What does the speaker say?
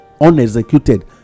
unexecuted